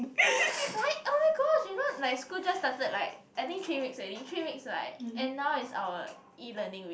like oh-my-gosh you know like school just started like I think three weeks only three weeks right and now is our E learning week